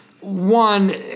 One